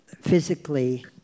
physically